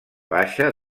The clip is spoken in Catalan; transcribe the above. baixa